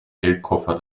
geldkoffer